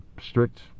strict